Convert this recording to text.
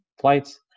flights